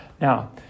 Now